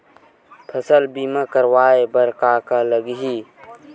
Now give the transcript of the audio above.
फसल बीमा करवाय बर का का लगही?